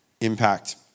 impact